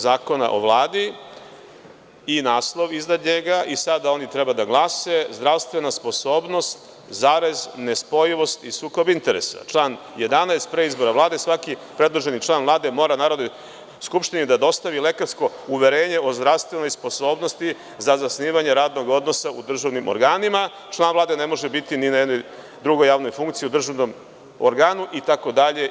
Zakona o Vladi i naslov iznad njega, i sada oni treba da glase – Zdravstvena sposobnost zarez, nespojivost i sukob interesa; član 11. pre izbora Vlade, svaki predloženi član Vlade mora Narodnoj skupštini da dostavi lekarsko uverenje o zdravstvenoj sposobnosti za zasnivanje radnog odnosa u državnim organima; član Vlade ne može biti ni na jednoj drugoj javnoj funkciji u državnom organu, itd.